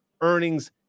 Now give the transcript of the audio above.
Earnings